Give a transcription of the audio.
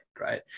right